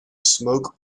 smoke